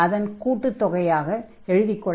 அதன் கூட்டுத் தொகையாக எழுதிக்கொள்ள வேண்டும்